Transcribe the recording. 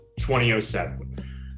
2007